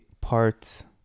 parts